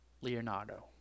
Leonardo